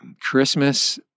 Christmas